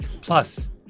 Plus